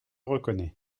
reconnais